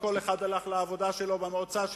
וכל אחד הלך לעבודה שלו ולמועצה שלו,